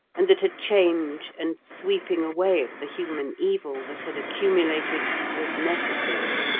and that a change and sweeping away of the human evil that had accumulated was necessary,